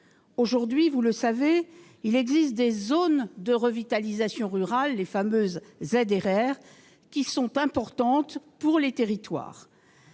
Aujourd'hui, vous le savez, il existe des zones de revitalisation rurale, les fameuses ZRR, qui sont importantes pour les territoires.